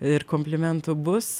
ir komplimentų bus